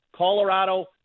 Colorado